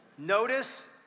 Notice